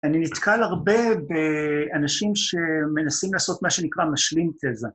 אני נתקל הרבה, באנשים שמנסים לעשות מה שנקרא משלים תזה.